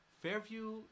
Fairview